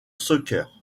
soccer